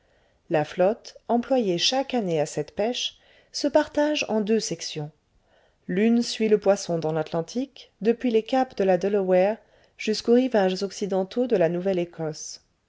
la flotte employée chaque année à cette pêche se partage en deux sections l'une suit le poisson dans l'atlantique depuis les caps de la delaware jusqu'aux rivages occidentaux de la nouvelle écosse